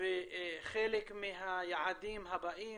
חלק מהיעדים הבאים.